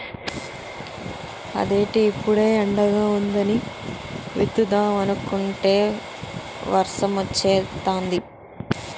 అదేటి ఇప్పుడే ఎండగా వుందని విత్తుదామనుకుంటే వర్సమొచ్చేతాంది